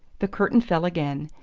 the curtain fell again,